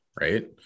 Right